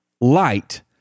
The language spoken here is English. light